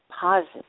positive